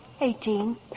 Eighteen